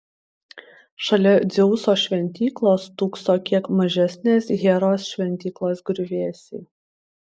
šalia dzeuso šventyklos stūkso kiek mažesnės heros šventyklos griuvėsiai